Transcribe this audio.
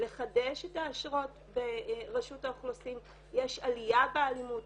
לחדש את האשרות ברשות האוכלוסין יש עליה באלימות,